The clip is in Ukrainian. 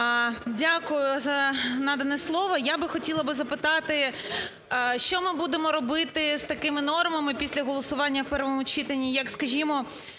Дякую за надане слово. Я би хотіла би запитати, що ми будемо робити з такими нормами після голосування в першому читанні, як, скажімо,